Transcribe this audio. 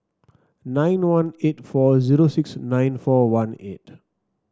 nine one eight four zero six nine four one eight